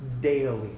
Daily